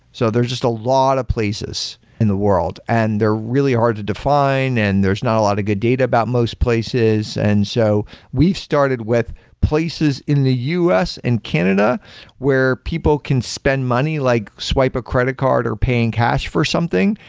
so there's just a lot of places in the world, and they're really hard to define and there's not a lot of good data about most places. and so we started with places in the u s. and canada where people can spend money, like swipe a credit card or pay in cash for something,